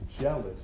jealous